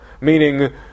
meaning